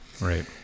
Right